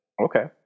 Okay